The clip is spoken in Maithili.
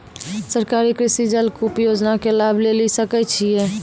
सरकारी कृषि जलकूप योजना के लाभ लेली सकै छिए?